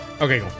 okay